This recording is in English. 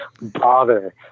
bother